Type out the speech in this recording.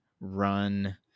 run